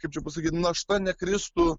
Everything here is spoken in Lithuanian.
kaip čia pasakyt našta nekristų